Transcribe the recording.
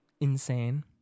Insane